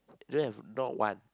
so you have not one